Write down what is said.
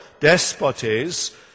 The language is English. despotes